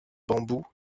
bambous